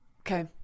Okay